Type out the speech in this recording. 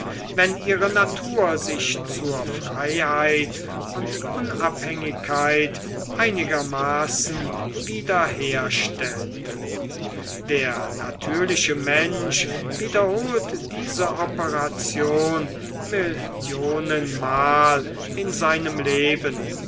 wenn ihre natur sich zur freiheit und unabhängigkeit einigermaßen wieder herstellte der natürliche mensch wiederholt diese operation millionenmal in seinem leben